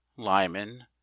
Lyman